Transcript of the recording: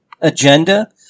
agenda